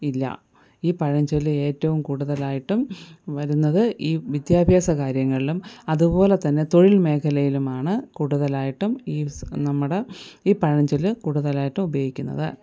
ഇല്ല ഈ പഴഞ്ചൊല്ല് ഏറ്റവും കൂടുതലായിട്ടും വരുന്നത് ഈ വിദ്യാഭ്യാസ കാര്യങ്ങളിലും അതുപോലെത്തന്നെ തൊഴിൽ മേഖലയിലുമാണ് കൂടുതലായിട്ടും ഈ നമ്മുടെ ഈ പഴഞ്ചൊല്ല് കൂടുതലായിട്ടും ഉപയോഗിക്കുന്നത്